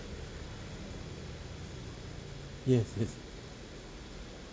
yes yes